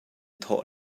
thawh